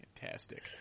Fantastic